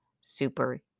super